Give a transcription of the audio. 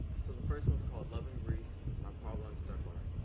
so the first one's called love and grief by paolo lawrence dunbar.